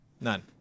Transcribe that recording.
None